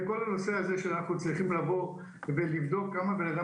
וכל הנושא הזה שצריכים לבדוק כמה אדם